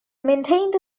maintained